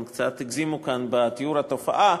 קצת הגזימו כאן בתיאור התופעה.